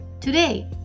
Today